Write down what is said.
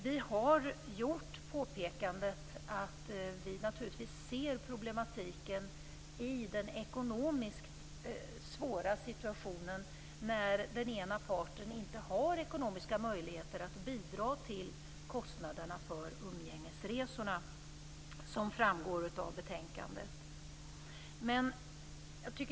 Vi har gjort påpekandet att vi naturligtvis ser problematiken i den ekonomiskt svåra situationen när den ena parten inte har ekonomiska möjligheter att bidra till kostnaderna för umgängesresorna, som framgår av betänkandet.